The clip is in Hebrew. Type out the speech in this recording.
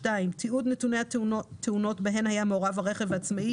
תיעוד נתוני תאונות בהן היה מעורב הרכב העצמאי